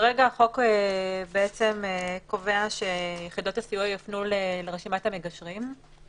כרגע החוק קובע שיחידות הסיוע יפנו לרשימת המגשרים.